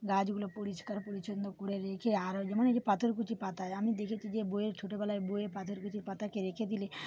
গাছগুলো পরিষ্কার পরিচ্ছন্ন করে রেখে আরো যেমন ওই যে পাথরকুচি পাতায় আমি দেখেছি যে বইয়ের ছোটোবেলায় বইয়ে পাথরকুচি পাতাকে রেখে দিলে